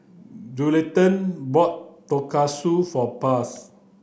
Juliette bought Tonkatsu for Blas